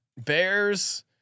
Bears